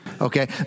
Okay